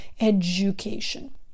Education